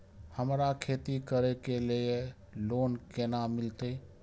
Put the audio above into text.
हमरा खेती करे के लिए लोन केना मिलते?